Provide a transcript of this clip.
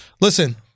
listen